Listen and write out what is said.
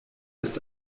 ist